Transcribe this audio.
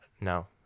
No